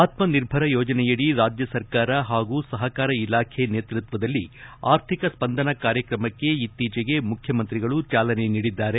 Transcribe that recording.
ಆತ್ಮನಿರ್ಭರ ಯೋಜನೆಯಡಿ ರಾಜ್ಯ ಸರ್ಕಾರ ಹಾಗೂ ಸಹಕಾರ ಇಲಾಖೆ ನೇತೃತ್ವದಲ್ಲಿ ಆರ್ಥಿಕ ಸ್ವಂದನ ಕಾರ್ಯಕ್ರಮಕ್ಕೆ ಇತ್ತೀಚೆಗೆ ಮುಖ್ಯಮಂತ್ರಿಗಳು ಚಾಲನೆ ನೀಡಿದ್ದಾರೆ